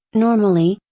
normally,